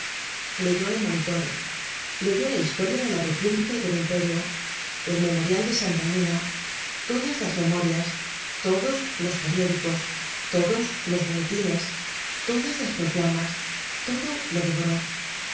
leyó el monitor leyó la historia de la república y del imperio el memorial de santa elena todas las memorias todos los periódicos todos los boletines todas las proclamas todo lo devoró